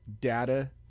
data